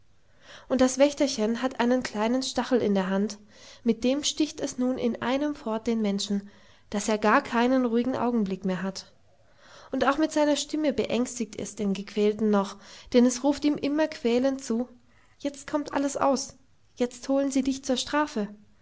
und das wächterchen hat einen kleinen stachel in der hand mit dem sticht es nun in einem fort den menschen daß er gar keinen ruhigen augenblick mehr hat und auch mit seiner stimme beängstigt es den gequälten noch denn es ruft ihm immer quälend zu jetzt kommt alles aus jetzt holen sie dich zur strafe